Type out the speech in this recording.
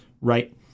right